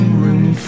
room